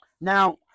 now